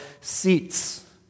seats